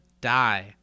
die